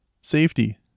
safety